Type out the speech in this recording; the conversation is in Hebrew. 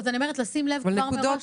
שימו לב מראש לנקודות האלה.